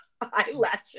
eyelashes